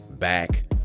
back